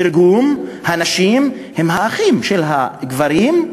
תרגום: הנשים הן האחיות של הגברים.